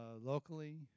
locally